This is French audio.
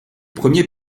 premier